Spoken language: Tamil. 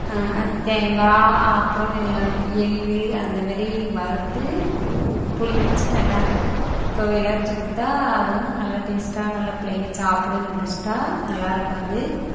தேங்காய் அப்புறம் எல்லாம் எள் அந்த மாரி வறுத்து புளி வெச்சு நல்லா துவையல் அரைச்சி கொடுத்தா அதுவும் நல்லா டேஸ்ட்டாக நல்லா பிள்ளைங்கள் சாப்பிடும் இன்ட்ரெஸ்ட்டாக நல்லா இருக்கும் அது